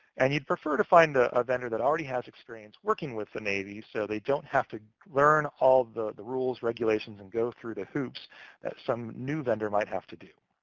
and you'd prefer to find a ah vendor that already has experience working with the navy, so they don't have to learn all the the rules, regulations, and go through the hoops at some new vendor might have to do.